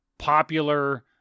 popular